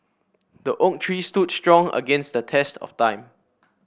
the oak tree stood strong against the test of time